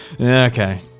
Okay